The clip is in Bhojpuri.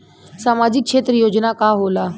सामाजिक क्षेत्र योजना का होला?